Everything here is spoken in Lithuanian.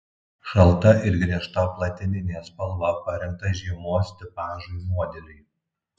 šalta ir griežta platininė spalva parinkta žiemos tipažui modeliui